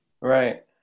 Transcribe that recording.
right